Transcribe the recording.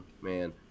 man